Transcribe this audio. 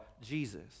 Jesus